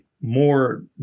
more